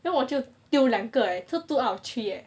then 我就丢两个 leh so two two out of three